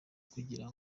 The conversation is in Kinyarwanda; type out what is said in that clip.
kugira